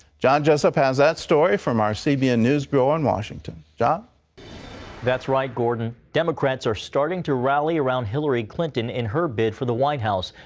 john jessup has that story from our cbn news bureau in washington. john that's right, gordon. democrats are starting to rally around hillary clinton in her bid for the white house,